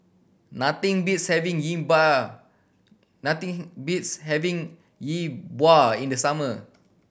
nothing beats having Yi Bua nothing beats having Yi Bua in the summer